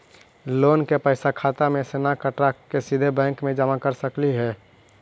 Loan के पैसा खाता मे से न कटवा के सिधे बैंक में जमा कर सकली हे का?